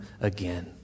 again